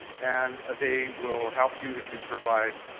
and they will help you if you provide.